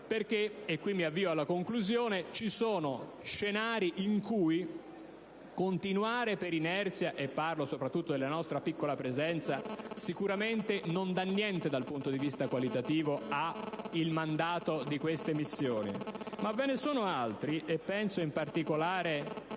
scenari - e mi avvio alla conclusione - in cui continuare per inerzia - parlo soprattutto della nostra piccola presenza - sicuramente non dà niente dal punto di vista qualitativo al mandato di tali missioni, ma ve ne sono altri, penso in particolare